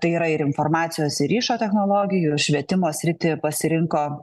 tai yra ir informacijos ir ryšio technologijų švietimo sritį pasirinko